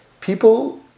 people